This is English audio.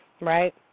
right